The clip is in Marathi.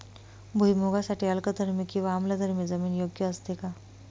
भुईमूगासाठी अल्कधर्मी किंवा आम्लधर्मी जमीन योग्य असते का?